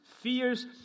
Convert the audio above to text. Fears